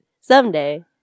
someday